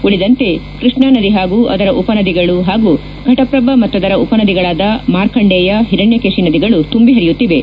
ಉಳಿದಂತೆ ಕೃಷ್ಣ ನದಿ ಹಾಗೂ ಅದರ ಉಪ ನದಿಗಳು ಹಾಗೂ ಘಟಪ್ರಭಾ ಮತ್ತದರ ಉಪ ನದಿಗಳಾದ ಮಾರ್ಕಂಡೇಯ ಹಿರಣ್ಣಕೇತಿ ನದಿಗಳು ತುಂಬಿ ಹರಿಯುತ್ತಿವೆ